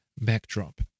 backdrop